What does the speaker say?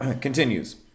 Continues